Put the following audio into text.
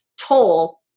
toll